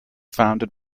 founded